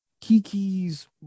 Kiki's